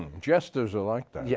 jesters are like that. yeah